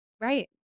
Right